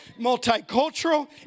multicultural